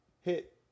hit